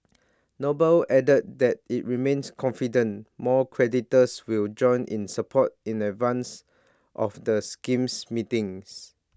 noble added that IT remains confident more creditors will join in support in advance of the scheme meetings